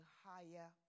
higher